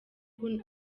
kun